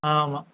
ஆமாம்